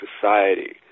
society